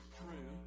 true